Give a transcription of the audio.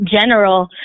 general